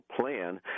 plan